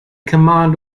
command